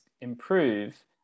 improve